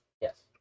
yes